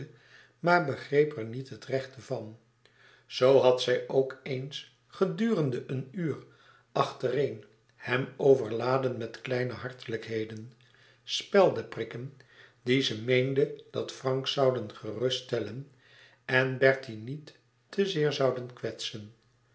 maar begreep er niet het rechte van zoo had zij ook eens gedurende een uur achtereen hem overladen met kleine hatelijkheden speldeprikken die ze meende dat frank zouden geruststellen en bertie niet te zeer zouden kwetsen